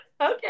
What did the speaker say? okay